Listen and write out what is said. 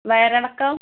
വയറിളക്കം